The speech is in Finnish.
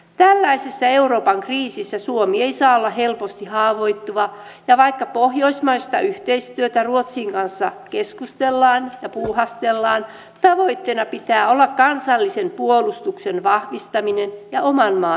tällaisessa euroopan kriisissä suomi ei saa olla helposti haavoittuva ja vaikka pohjoismaisesta yhteistyöstä ruotsin kanssa keskustellaan ja sitä puuhastellaan tavoitteena pitää olla kansallisen puolustuksen vahvistaminen ja oman maan etu